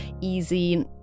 easy